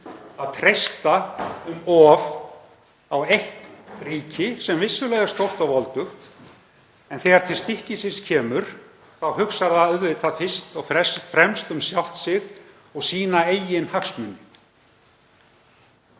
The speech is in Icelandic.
að treysta um of á eitt ríki sem vissulega er stórt og voldugt, en þegar til stykkisins kemur þá hugsar það auðvitað fyrst og fremst um sjálft sig og sína eigin hagsmuni.